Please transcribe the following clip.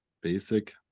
basic